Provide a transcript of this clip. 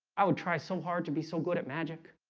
i would try so hard to be so good at magic